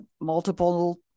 multiple